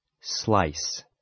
Slice